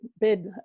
bid